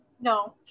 No